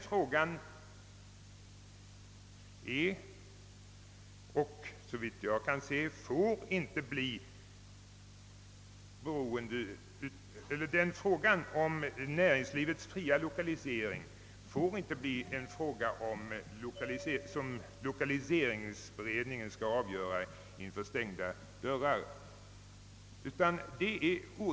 Frågan om näringslivets fria lokalisering får inte bli en fråga, som lokaliseringsberedningen skall avgöra bakom stängda dörrar.